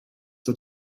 der